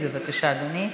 בבקשה, אדוני.